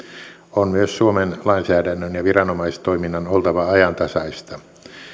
on myös suomen lainsäädännön ja viranomaistoiminnan oltava ajantasaista